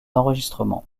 enregistrements